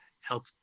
help